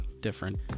different